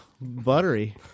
buttery